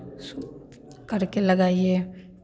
करके लगाईए